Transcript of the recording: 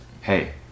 Hey